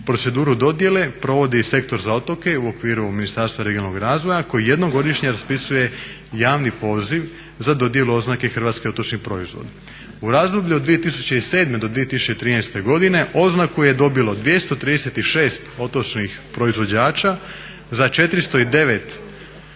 Proceduru dodjele provodi i Sektor za otoke u okviru Ministarstva regionalnog razvoja koji jednom godišnje raspisuje javni poziv za dodjelu oznake "hrvatski otočni proizvod". U razdoblju od 2007. do 2013. godine oznaku je dobilo 236 otočnih proizvođača za 409